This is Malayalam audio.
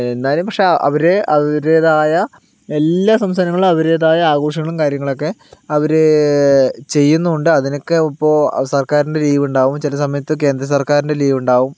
എന്നാലും പക്ഷേ അവരെ അവരുടേതായ എല്ലാ സംസ്ഥാനങ്ങളിലും അവരുടേതായ ആഘോഷങ്ങളും കാര്യങ്ങളൊക്കെ അവർ ചെയ്യുന്നുണ്ട് അതിനൊക്കെ ഇപ്പോൾ സർക്കാരിൻ്റെ ലീവ് ഉണ്ടാകും ചില സമയത്ത് കേന്ദ്രസർക്കാരിൻ്റെ ലീവ് ഉണ്ടാവും